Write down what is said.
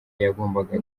yagombaga